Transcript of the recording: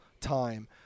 time